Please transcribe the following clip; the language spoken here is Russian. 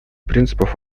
принципов